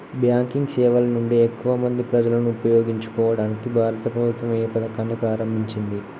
Banking సేవల నుండి ఎక్కువ మంది ప్రజలను ఉపయోగించుకోవడానికి భారత ప్రభుత్వం ఏ పథకాన్ని ప్రారంభించింది?